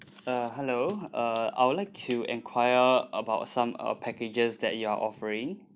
uh hello uh I would like to enquire about some uh packages that you are offering